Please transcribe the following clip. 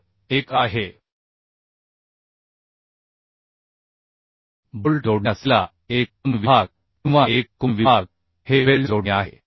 तर एक आहे बोल्ट जोडणी असलेला एक कोन विभाग किंवा एक कोन विभाग हे वेल्ड जोडणी आहे